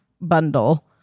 bundle